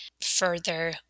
further